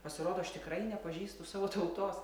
pasirodo aš tikrai nepažįstu savo tautos